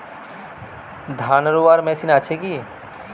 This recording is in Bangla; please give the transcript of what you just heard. ধান রোয়ার মেশিন আছে কি?